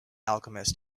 alchemist